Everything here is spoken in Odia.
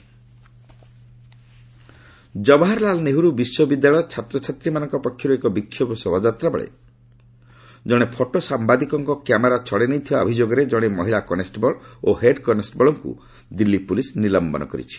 ଦିଲ୍ଲୀ ପୁଲିସ୍ ସସ୍ପେଣ୍ଡେଡ୍ ଜବାହାରଲାଲ୍ ନେହେରୁ ବିଶ୍ୱବିଦ୍ୟଳୟର ଛାତ୍ରଛାତ୍ରୀମାନଙ୍କ ପକ୍ଷରୁ ଏକ ବିକ୍ଷୋଭ ଶୋଭାଯାତ୍ରାବେଳେ ଜଣେ ଫଟୋ ସାମ୍ବାଦିକଙ୍କ କ୍ୟାମେରା ଛଡ଼େଇ ନେଇଥିବା ଅଭିଯୋଗରେ ଜଣେ ମହିଳା କନେଷ୍ଟବଳ ଓ ହେଡ୍ କନେଷ୍ଟବଳ୍ଙ୍କୁ ଦିଲ୍ଲୀ ପୁଲିସ୍ ନିଲମ୍ବନ କରିଛନ୍ତି